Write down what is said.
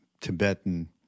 Tibetan